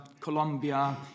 Colombia